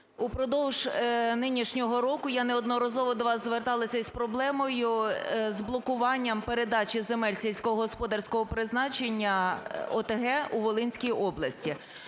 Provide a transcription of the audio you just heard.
Упродовж нинішнього року я неодноразово до вас зверталася із проблемою з блокуванням передачі земель сільськогосподарського призначення ОТГ у Волинській області.